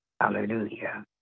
Hallelujah